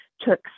took